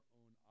own